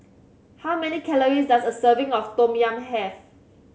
how many calories does a serving of Tom Yam have